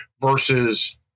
versus